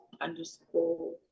underscore